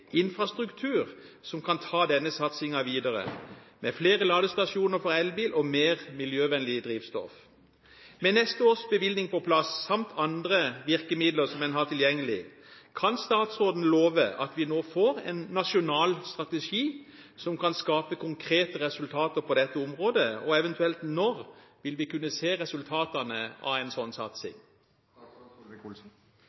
infrastruktur som kan ta denne satsingen videre, med flere ladestasjoner for elbiler og mer miljøvennlig drivstoff. Med neste års bevilgning på plass samt andre virkemidler som en har tilgjengelig, kan statsråden love at vi nå får en nasjonal strategi som kan gi konkrete resultater på dette området? Eventuelt når vil vi kunne se resultatene av en sånn